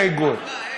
התקבלה.